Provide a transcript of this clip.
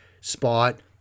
spot